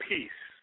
Peace